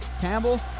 Campbell